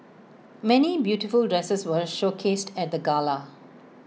many beautiful dresses were showcased at the gala